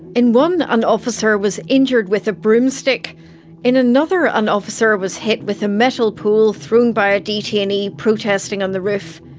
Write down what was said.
in one, an officer was injured with a broomstick, and in another an officer was hit with a metal pole thrown by a detainee protesting on the roof.